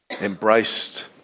embraced